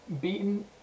beaten